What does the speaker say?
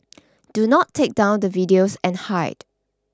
do not take down the videos and hide